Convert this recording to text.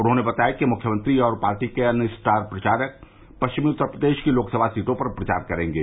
उन्होंने बताया कि मुख्यमंत्री और पार्टी के अन्य स्टार प्रचारक पश्चिमी उत्तर प्रदेश की लोकसभा सीटों पर प्रचार करेंगे